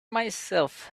myself